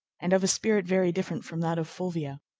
and of a spirit very different from that of fulvia.